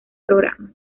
programa